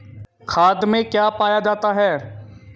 खाद में क्या पाया जाता है?